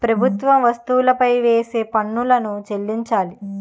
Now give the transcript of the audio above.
ప్రభుత్వం వస్తువులపై వేసే పన్నులను చెల్లించాలి